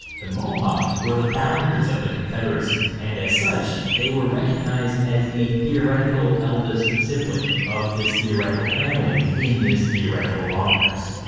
the mohawk were the founders of the confederacy, and as such they were recognized as the theoretical eldest sibling of this theoretical family in this theoretical longhouse.